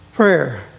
Prayer